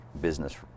business